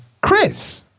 Chris